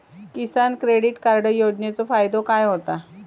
किसान credit card योजनेचो फायदो काय होता?